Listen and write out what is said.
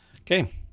okay